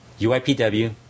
UIPW